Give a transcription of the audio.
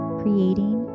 creating